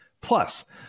Plus